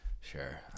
Sure